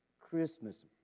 Christmas